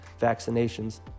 vaccinations